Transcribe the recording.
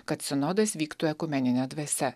kad sinodas vyktų ekumenine dvasia